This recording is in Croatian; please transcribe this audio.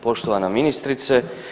Poštovana ministrice.